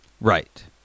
Right